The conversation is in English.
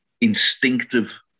instinctive